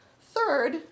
Third